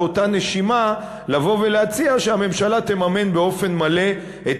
באותה נשימה לבוא ולהציע שהממשלה תממן באופן מלא את